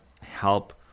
help